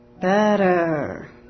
Better